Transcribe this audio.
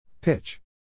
Pitch